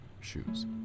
shoes